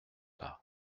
pas